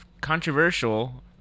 controversial